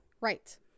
Right